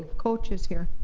coaches here?